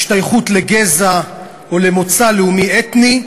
השתייכות לגזע או למוצא לאומי אתני,